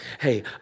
hey